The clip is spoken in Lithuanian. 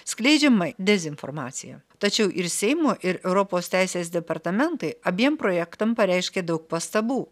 skleidžiamai dezinformacija tačiau ir seimo ir europos teisės departamentai abiem projektam pareiškė daug pastabų